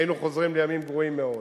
היינו חוזרים לימים גרועים מאוד.